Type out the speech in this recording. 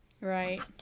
Right